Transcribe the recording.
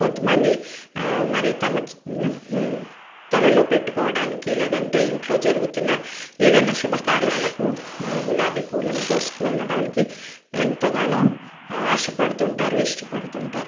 కొంతమంది మరి తమ తలలో పెట్టుకోవడానికి లేదంటే ఇంట్లో జరుగుతున్న ఏదన్నా శుభకార్యాలకు మా గులాబీ పూలను కోసుకు వెళ్ళడానికి ఎంతగానో ఆశపడుతుంటారు ఇష్టపడుతుంటారు